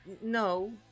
No